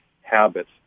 habits